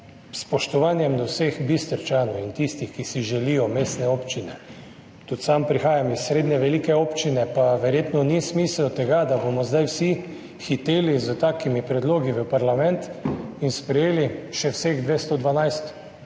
S spoštovanjem do vseh Bistričanov in tistih, ki si želijo mestne občine, tudi sam prihajam iz srednje velike občine, pa verjetno ni smisel tega, da bomo zdaj vsi hiteli s takimi predlogi v parlament in sprejeli še vseh 212